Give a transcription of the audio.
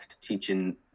teaching